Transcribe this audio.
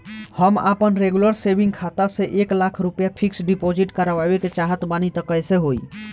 हम आपन regular saving खाता से एक लाख रुपया फिक्स डिपॉज़िट करवावे के चाहत बानी त कैसे होई?